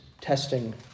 testing